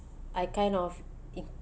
I kind of